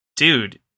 Dude